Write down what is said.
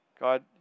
God